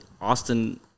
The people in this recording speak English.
Austin